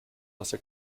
nasse